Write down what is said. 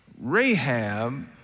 Rahab